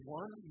one